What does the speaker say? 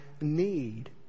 need